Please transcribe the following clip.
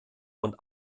und